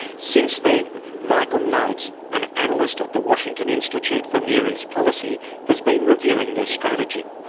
since then michael knights, an analyst at the washington institute for near east policy, has been reviewing their strategy.